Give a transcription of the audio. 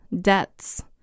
deaths